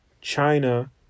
China